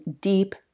deep